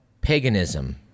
paganism